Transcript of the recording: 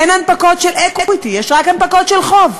אין הנפקות של equity, יש רק הנפקות של חוב.